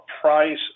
price